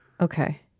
Okay